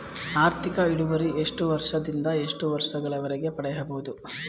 ಆರ್ಥಿಕ ಇಳುವರಿ ಎಷ್ಟು ವರ್ಷ ದಿಂದ ಎಷ್ಟು ವರ್ಷ ಗಳವರೆಗೆ ಪಡೆಯಬಹುದು?